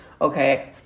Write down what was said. okay